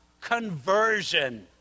conversion